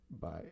Bye